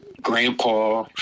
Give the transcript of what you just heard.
grandpa